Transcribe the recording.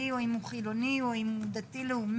או אם הוא חילוני או אם הוא דתי לאומי,